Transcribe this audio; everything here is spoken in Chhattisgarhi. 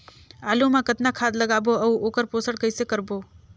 आलू मा कतना खाद लगाबो अउ ओकर पोषण कइसे करबो?